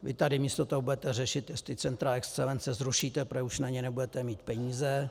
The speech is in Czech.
Vy tady místo toho budete řešit, jestli centra excelence zrušíte, protože už na ně nebudete mít peníze.